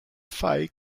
fight